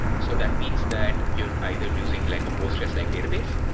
so that means that you're either using like a postgres-like database,